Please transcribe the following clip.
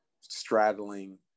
straddling